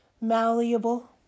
malleable